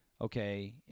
Okay